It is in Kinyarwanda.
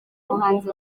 muhanzi